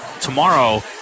tomorrow